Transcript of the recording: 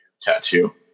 tattoo